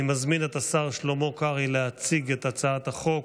אני מזמין את השר שלמה קרעי להציג את הצעת החוק,